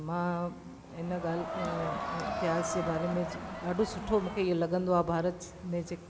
मां हिन ॻाल्हि इतिहास जे बारे में ॾाढो सुठो मूंखे इहो लॻंदो आहे भारत में जे